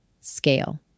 Scale